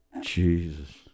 Jesus